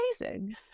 amazing